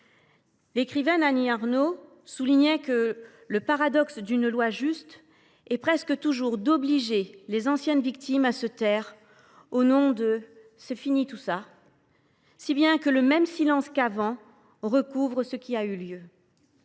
L’écrivaine Annie Ernaux soulignait que « le paradoxe d’une loi juste est presque toujours d’obliger les anciennes victimes à se taire, au nom du “c’est fini tout ça”, si bien que le même silence qu’avant recouvre ce qui a eu lieu